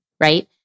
Right